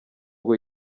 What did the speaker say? ngo